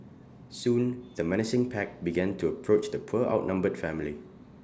soon the menacing pack began to approach the poor outnumbered family